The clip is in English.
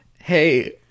Hey